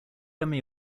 emmy